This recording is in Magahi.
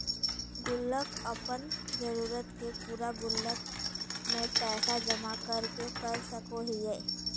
गुल्लक अपन जरूरत के पूरा गुल्लक में पैसा जमा कर के कर सको हइ